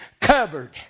covered